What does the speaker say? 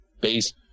base